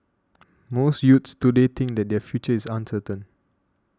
most youths today think that their future is uncertain